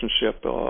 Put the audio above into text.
relationship